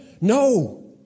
No